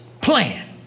Plan